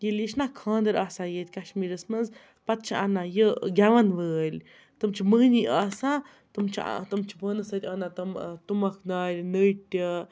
ییٚلہِ یہِ چھُ نا خاندَر آسان ییٚتہِ کَشمیٖرَس مَنٛز پَتہٕ چھِ اَنان یہِ گٮ۪وَن وٲلۍ تِم چھِ مہنی آسان تِم چھِ تِم چھِ پانَس سۭتۍ اَنان تِم تُمبَک نارِ نٔٹۍ